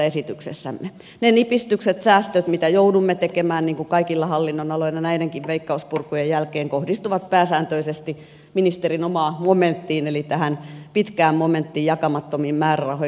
ne nipistykset säästöt mitä joudumme tekemään niin kuin kaikilla hallinnonaloilla näidenkin veikkaus purkujen jälkeen kohdistuvat pääsääntöisesti ministerin omaan momenttiin eli tähän pitkään momenttiin jakamattomiin määrärahoihin